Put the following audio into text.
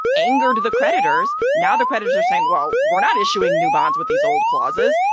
angered the creditors. now the creditors are saying, well, we're not issuing new bonds with these old clauses.